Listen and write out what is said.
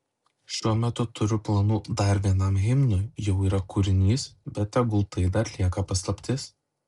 šiuo metu turiu planų dar vienam himnui jau yra kūrinys bet tegul tai dar lieka paslaptis